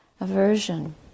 aversion